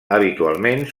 habitualment